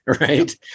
right